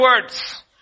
words